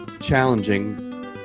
Challenging